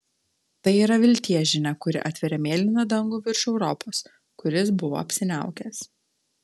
tai yra vilties žinia kuri atveria mėlyną dangų virš europos kuris buvo apsiniaukęs